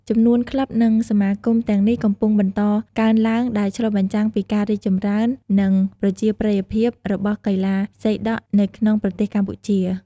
ចំនួនក្លឹប និងសមាគមទាំងនេះកំពុងបន្តកើនឡើង ដែលឆ្លុះបញ្ចាំងពីការរីកចម្រើន និងប្រជាប្រិយភាពរបស់កីឡាសីដក់នៅក្នុងប្រទេសកម្ពុជា។